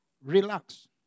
relax